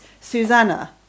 Susanna